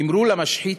אמרו למשחית: